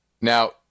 Now